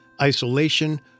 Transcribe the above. isolation